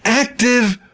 active.